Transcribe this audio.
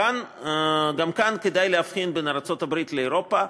גם כאן כדאי להבחין בין ארצות-הברית לאירופה.